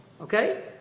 okay